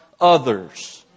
others